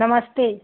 नमस्ते